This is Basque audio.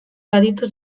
baditu